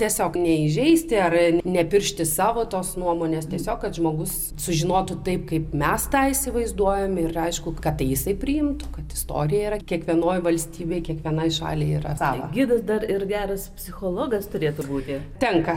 tiesiog neįžeisti ar nepiršti savo tos nuomonės tiesiog kad žmogus sužinotų taip kaip mes tą įsivaizduojame ir aišku kad jisai priimtų kad istorija yra kiekvienoj valstybėj kiekvienai šaliai yra sako gidas dar ir geras psichologas turėtų būti tenka